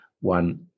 one